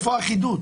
איפה האחידות?